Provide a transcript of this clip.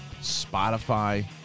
Spotify